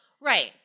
Right